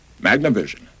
Magnavision